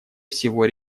всего